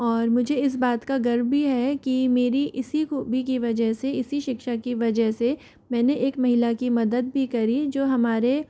और मुझे इस बात का गर्व भी है कि मेरी इसी खूबी की वजह से इसी शिक्षा की वजह से मैंने एक महिला की मदद भी करी जो हमारे